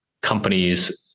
companies